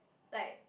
like